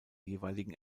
jeweiligen